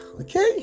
okay